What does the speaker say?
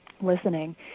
listening